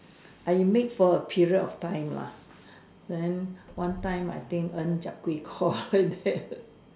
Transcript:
I make for a period of time lah then one time I think earn zhap gui kor like that